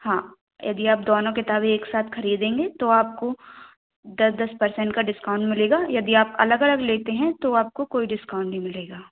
हाँ यदि आप दोनों किताबें एक साथ ख़रीदेंगे तो आपको दस दस परसेंट का डिस्काउंट मिलेगा यदि आप अलग अलग लेते हैं तो आपको कोई डिस्काउंट नहीं मिलेगा